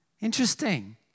Interesting